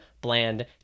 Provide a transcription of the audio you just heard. bland